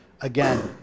again